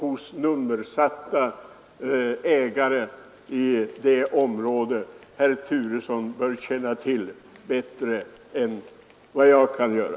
Här rör det sig ju om ett område som herr Turesson bör känna till bättre än vad jag kan göra.